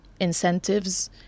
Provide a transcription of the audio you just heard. incentives